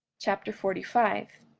chapter forty five